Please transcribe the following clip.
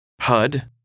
HUD